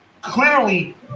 clearly